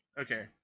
okay